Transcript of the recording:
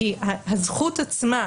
הזכות עצמה,